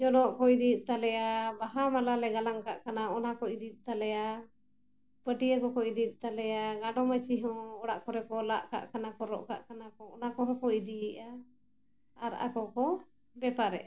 ᱡᱚᱱᱚᱜ ᱠᱚ ᱤᱫᱤᱭᱮᱜ ᱛᱟᱞᱮᱭᱟ ᱵᱟᱦᱟ ᱢᱟᱞᱟ ᱞᱮ ᱜᱟᱞᱟᱝ ᱠᱟᱜ ᱠᱟᱱᱟ ᱚᱱᱟ ᱠᱚ ᱤᱫᱤᱭᱮᱜ ᱛᱟᱞᱮᱭᱟ ᱯᱟᱹᱴᱤᱭᱟᱹ ᱠᱚᱠᱚ ᱤᱫᱤᱭᱮᱫ ᱛᱟᱞᱮᱭᱟ ᱜᱟᱸᱰᱚ ᱢᱟᱹᱪᱤ ᱦᱚᱸ ᱚᱲᱟᱜ ᱠᱚᱨᱮ ᱠᱚ ᱞᱟᱜ ᱠᱟᱜ ᱠᱟᱱᱟ ᱠᱚ ᱨᱚᱜ ᱠᱟᱜ ᱠᱟᱱᱟ ᱠᱚ ᱚᱱᱟ ᱠᱚᱦᱚᱸ ᱠᱚ ᱤᱫᱤᱭᱮᱜᱼᱟ ᱟᱨ ᱟᱠᱚ ᱠᱚ ᱵᱮᱯᱟᱨᱮᱜᱼᱟ